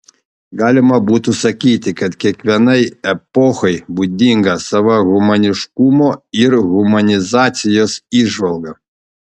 galima būtų sakyti kad kiekvienai epochai būdinga sava humaniškumo ir humanizacijos įžvalga